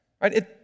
Right